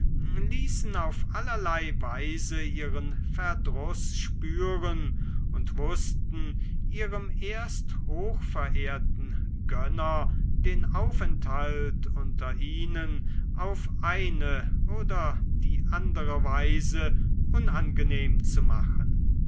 ließen auf allerlei weise ihren verdruß spüren und wußten ihrem erst hochverehrten gönner den aufenthalt unter ihnen auf eine oder die andere weise unangenehm zu machen